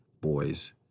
boys